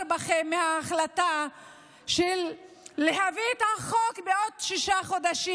בכם מההחלטה להביא את החוק בעוד שישה חודשים.